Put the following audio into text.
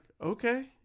okay